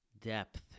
depth